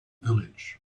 village